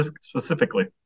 specifically